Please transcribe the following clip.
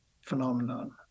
phenomenon